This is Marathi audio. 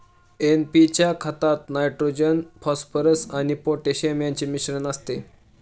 एन.पी च्या खतात नायट्रोजन, फॉस्फरस आणि पोटॅशियम यांचे मिश्रण असते